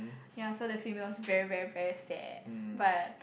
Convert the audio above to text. yea so the females very very very sad but